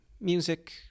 music